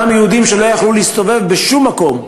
אותם יהודים שלא יכלו להסתובב בשום מקום,